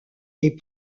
est